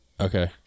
Okay